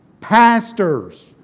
pastors